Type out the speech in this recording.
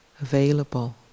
available